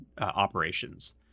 operations